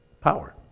power